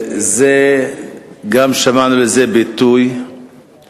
וגם שמענו לזה ביטוי בכינוס